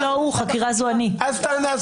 חקירה זו אני; לא הוא.